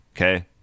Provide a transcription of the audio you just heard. Okay